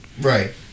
Right